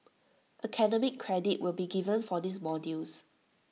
academic credit will be given for these modules